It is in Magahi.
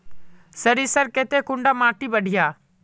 सरीसर केते कुंडा माटी बढ़िया?